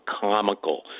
comical